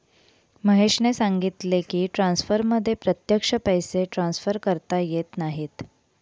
महेशने सांगितले की, ट्रान्सफरमध्ये प्रत्यक्ष पैसे ट्रान्सफर करता येत नाहीत